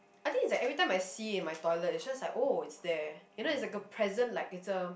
I think it's like every time I see in my toilet it's just like oh it's there you know it's like a present like it's a